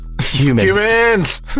humans